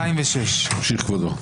206. ימשיך כבודו.